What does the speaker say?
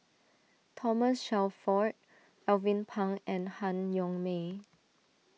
Thomas Shelford Alvin Pang and Han Yong May